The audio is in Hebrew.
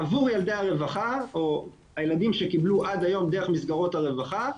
עבור ילדי הרווחה או הילדים שקיבלו עד היום דרך מסגרות הרווחה,